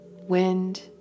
wind